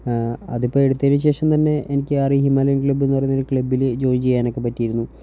അതിപ്പോൾ എടുത്തതിനുശേഷം തന്നെ എനിക്ക് ഹിമാലയൻ ക്ലബിൽ നിന്ന് പറയുന്ന ഒരു ക്ലബിൽ ജോയിൻ ചെയ്യാനൊക്കെ പറ്റിയിരുന്നു